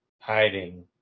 hiding